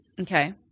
Okay